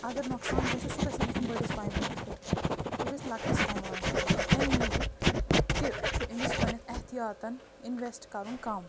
اگر نۄقصان گَژھِ سُہ گَژھ نہٕ گَژھن بٔڑس پیمانس پٮ۪ٹھ کیٚنٛہہ سُہ گَژھِ لۄکٹِس پیمانس پٮ۪ٹھ گَژھن تَمہِ موٗجوٗب تہِ چھُ أمس گۄڈٕنٮ۪تھ احتیاتن اِنویٚسٹ کَرُن کَم